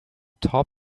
top